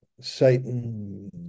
Satan